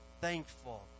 thankful